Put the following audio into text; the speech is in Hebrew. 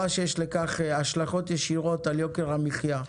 שיש לכך השלכות ישירות על יוקר המחיה.